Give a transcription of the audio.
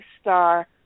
star